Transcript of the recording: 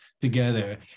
together